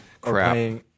crap